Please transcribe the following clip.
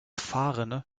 fahrrinne